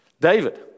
David